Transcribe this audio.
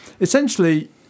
essentially